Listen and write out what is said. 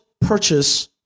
purchase